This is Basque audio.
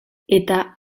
eta